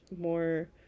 more